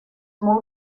molt